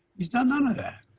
he's done none of that.